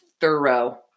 thorough